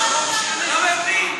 זה חוק שלי.